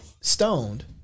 stoned